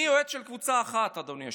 אני אוהד של קבוצה אחת, אדוני היושב-ראש,